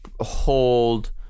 hold